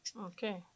Okay